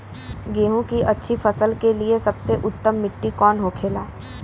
गेहूँ की अच्छी फसल के लिए सबसे उत्तम मिट्टी कौन होखे ला?